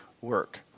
work